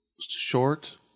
Short